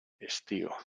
estío